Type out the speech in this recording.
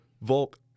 Volk